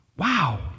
Wow